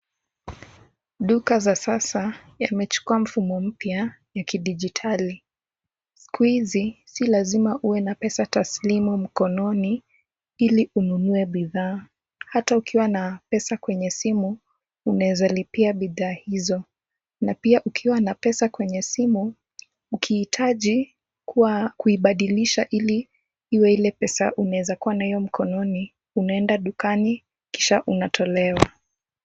Duka za sasa yamechukua mfumo mpya ya kidijitali. Siku hizi, si lazima uwe na pesa taslimu mkononi ili ununue bidhaa. Hata ukiwa na pesa kwenye simu unaeza lipia bidhaa hizo na pia ukiwa na pesa kwenye simu, ukihitaji kuibadilisha ili iwe ile pesa unaeza kuwa nayo mkononi, unaenda dukani kisha unatolewa.